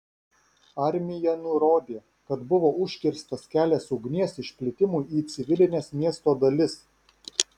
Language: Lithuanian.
armija nurodė kad buvo užkirstas kelias ugnies išplitimui į civilines miesto dalis